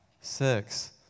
six